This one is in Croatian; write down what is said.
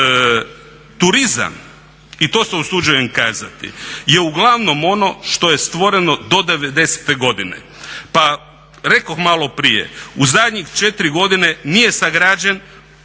Turizam i to se usuđujem kazati, je uglavnom ono što je stvoreno do devedesete godine, pa rekoh malo prije u zadnje četiri godine nije sagrađen